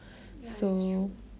ya that's true